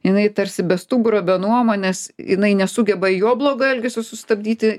jinai tarsi be stuburo be nuomonės jinai nesugeba jo blogo elgesio sustabdyti